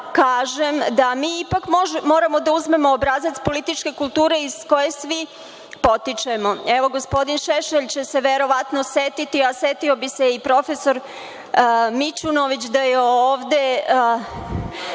da mi ipak moramo da uzmemo obrazac političke kulture iz koje svi potičemo. Evo, gospodin Šešelj će se verovatno setiti, a setio bi se i profesor Mićunović da je ovde,